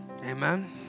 amen